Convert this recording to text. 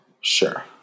sure